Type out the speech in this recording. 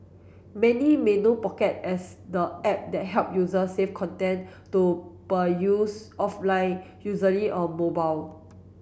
many may know Pocket as the app that help users save content to peruse offline usually on mobile